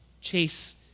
chase